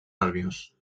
nerviós